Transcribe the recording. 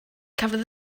cafodd